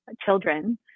children